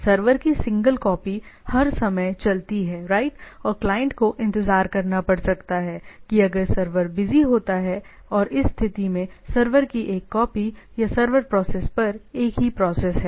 server की single copy हर समय चलती है राइट और क्लाइंट को इंतजार करना पड़ सकता है कि अगर सर्वर बिजी होता है और इस स्थिति में सर्वर की एक कॉपी या सर्वर प्रोसेस पर एक ही प्रोसेस है